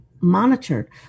monitored